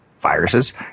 viruses